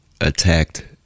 attacked